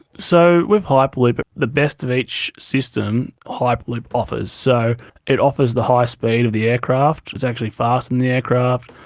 so with hyperloop, but the best of each system hyperloop offers, so it offers the high speed of the aircraft, its exactly faster than the aircraft,